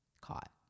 caught